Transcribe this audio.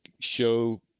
show